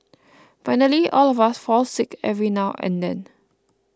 finally all of us fall sick every now and then